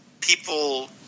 people –